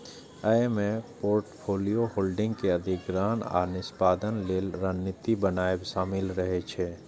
अय मे portfolio holding के अधिग्रहण आ निष्पादन लेल रणनीति बनाएब शामिल रहे छै